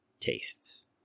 tastes